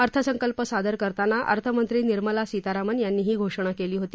अर्थसंकल्प सादर करतना अर्थमंत्री निर्मला सीतारामन यांनी ही घोषणा केली होती